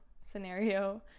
scenario